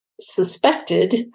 suspected